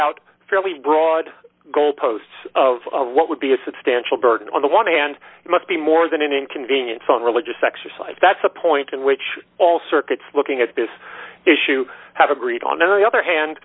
out fairly broad goalposts of what would be a substantial burden on the one hand must be more than an inconvenience on religious exercise that's a point in which all circuits looking at this issue have agreed on in the other